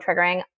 triggering